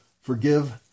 forgive